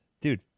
Dude